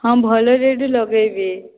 ହଁ ଭଲ ରେଟ୍ ଲଗାଇବି